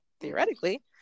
theoretically